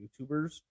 YouTubers